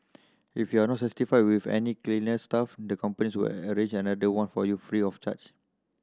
if you are not satisfied with any cleaner staff the companies will arrange another one for you free of charge